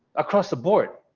across the board,